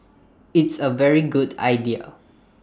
it's A very good idea